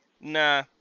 nah